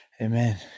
Amen